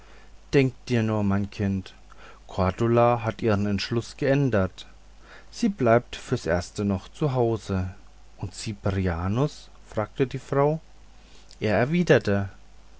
denk dir nur mein kind kordula hat ihren entschluß geändert sie bleibt fürs erste noch zu hause und ziprianus sagte die frau er erwiderte